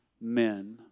men